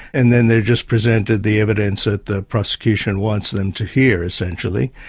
and then they're just presented the evidence that the prosecution wants them to hear, essentially.